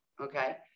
okay